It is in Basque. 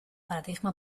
paradigma